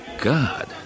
God